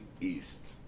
east